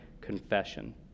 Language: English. confession